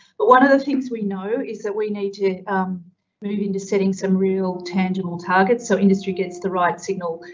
but one of the things we know is that we need to move into setting some real tangible targets. so industry gets the right signal.